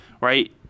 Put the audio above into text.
right